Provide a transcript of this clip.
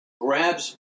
grabs